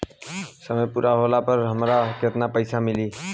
समय पूरा होला पर हमरा केतना पइसा मिली?